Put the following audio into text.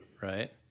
right